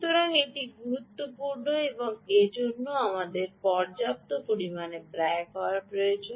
সুতরাং এটি গুরুত্বপূর্ণ এবং এজন্য আমাদের পর্যাপ্ত পরিমাণ ব্যয় করা প্রয়োজন